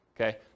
Okay